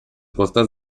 costas